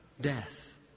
death